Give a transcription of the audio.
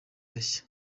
bashya